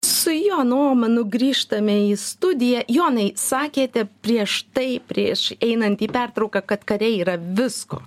su jonu ohmanu grįžtame į studiją jonai sakėte prieš tai prieš einant į pertrauką kad kariai yra visko